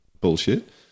bullshit